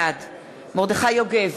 בעד מרדכי יוגב,